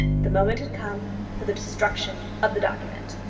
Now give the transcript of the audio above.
the moment had come for the destruction of the document.